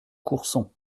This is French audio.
courson